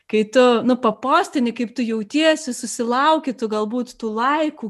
kai tu na papostini kaip tu jautiesi susilauki tu galbūt tų laikų